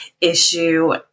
issue